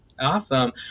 Awesome